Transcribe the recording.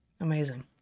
Amazing